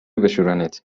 بشورنت